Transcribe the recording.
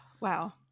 wow